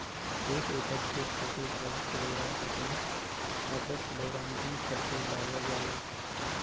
एक एकड़ खेत खातिर चौबीस किलोग्राम पोटाश व दस किलोग्राम जिंक सल्फेट डालल जाला?